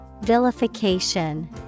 Vilification